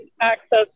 access